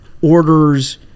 orders